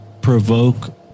provoke